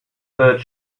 third